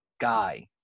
guy